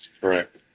Correct